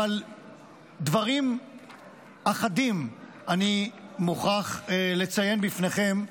אבל דברים אחדים אני מוכרח לציין בפניכם.